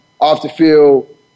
off-the-field